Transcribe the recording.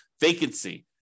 vacancy